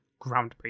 groundbreaking